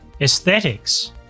aesthetics